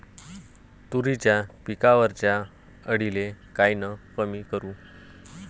तुरीच्या पिकावरच्या अळीले कायनं कमी करू?